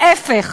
ההפך.